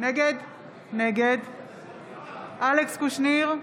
נגד אלכס קושניר,